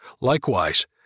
Likewise